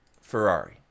Ferrari